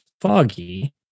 foggy